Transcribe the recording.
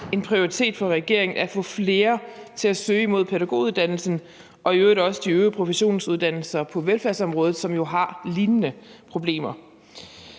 en prioritet for regeringen at få flere til at søge mod pædagoguddannelsen og i øvrigt også de øvrige professionsuddannelser på velfærdsområdet, som jo har lignende problemer.